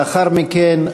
לאחר מכן,